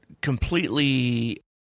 completely